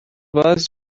was